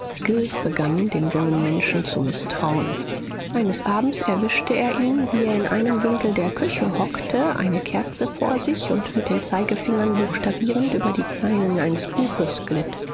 begann dem jungen menschen zu mißtrauen eines abends erwischte er ihn wie er in einem winkel der küche hockte eine kerze vor sich und mit dem zeigefinger buchstabierend über die zeilen eines buches glitt